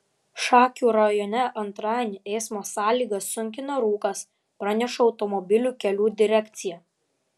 šakių rajone antradienį eismo sąlygas sunkina rūkas praneša automobilių kelių direkcija